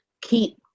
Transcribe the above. keep